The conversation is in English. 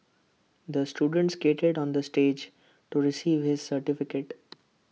the student skated onto the stage to receive his certificate